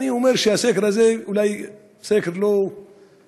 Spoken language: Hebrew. אני אומר שהסקר הזה הוא אולי סקר לא מדויק,